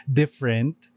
different